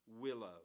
willow